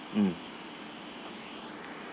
mm